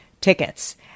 tickets